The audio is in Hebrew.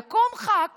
יקום ח"כ